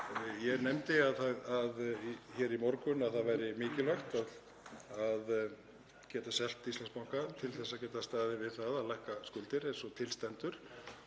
Ég nefndi í morgun að það væri mikilvægt að geta selt Íslandsbanka til að geta staðið við það að lækka skuldir eins og til stendur.